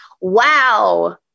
wow